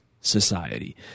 society